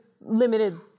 limited